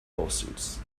lawsuits